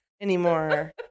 anymore